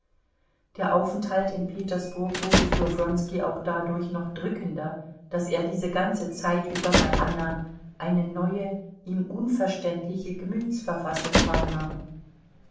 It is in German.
der aufenthalt in petersburg wurde für wronski auch dadurch noch drückender daß er diese ganze zeit über bei anna eine neue ihm unverständliche gemütsverfassung wahrnahm